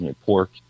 pork